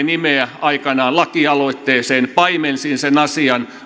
nimeä lakialoitteeseen paimensin sen asian